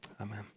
amen